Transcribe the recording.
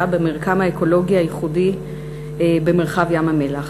במרקם האקולוגי הייחודי במרחב ים-המלח.